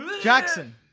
Jackson